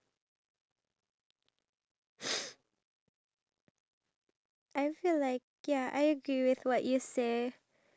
like my car is on the way here if you don't want to give me for five dollars I'm walking off so it's five dollars or nothing